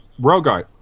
Rogart